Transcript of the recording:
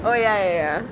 oh ya ya ya